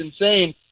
insane